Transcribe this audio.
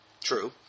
True